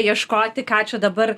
ieškoti ką čia dabar